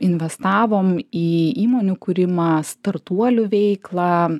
investavom į įmonių kūrimą startuolių veiklą